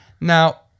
Now